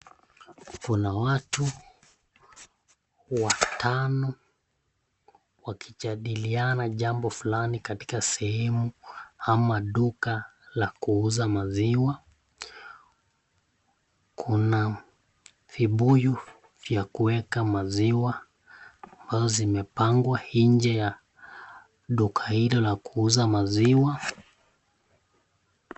Kuna watu watano wakijadiliana jambo fulani katika sehemu, ama duka la kuuza maziwa, kuna vibuyu vya kuweka maziwa ambazo zimepangwa nje ya duka hilo la kuuza maziwa.